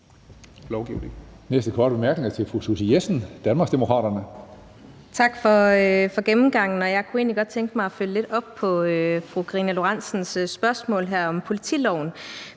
Næste korte bemærkning er fra fru Susie Jessen, Danmarksdemokraterne. Kl. 16:48 Susie Jessen (DD): Tak for gennemgangen. Jeg kunne egentlig godt tænke mig at følge lidt op på fru Karina Lorentzens spørgsmål her om politiloven.